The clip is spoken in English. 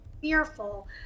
fearful